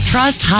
Trust